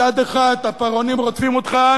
מצד אחד רודפים אותך,